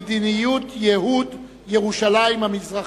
מדיניות ייהוד ירושלים המזרחית.